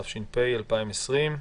התש"ף-2020.